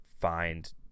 find